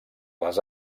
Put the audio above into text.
les